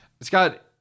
Scott